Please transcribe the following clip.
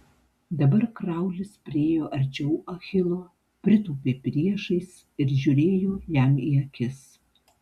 dabar kraulis priėjo arčiau achilo pritūpė priešais ir žiūrėjo jam į akis